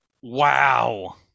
Wow